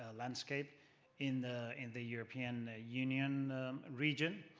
ah landscape in the in the european ah union region.